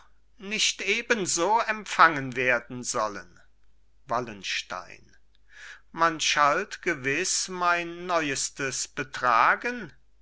nicht eben so empfangen werden sollen wallenstein man schalt gewiß mein neuestes betragen